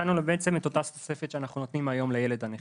נתנו להם בעצם את אותה תוספת שאנחנו נותנים היום לילד הנכה,